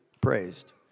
praised